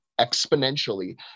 exponentially